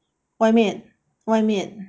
外面外面